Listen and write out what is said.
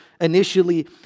initially